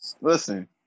Listen